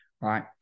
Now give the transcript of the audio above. right